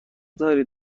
دارید